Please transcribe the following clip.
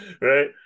Right